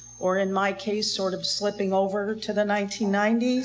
or in my case sort of slipping over to the nineteen ninety s,